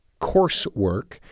coursework